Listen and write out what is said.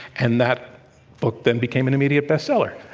and that book then became an immediate bestseller.